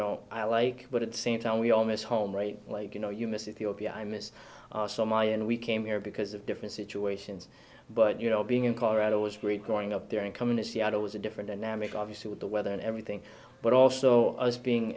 know i like but at the same time we all miss home right like you know you miss if you'll be i miss my and we came here because of different situations but you know being in colorado was great going up there and coming to seattle was a different and mick obviously with the weather and everything but also us being